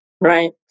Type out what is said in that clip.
Right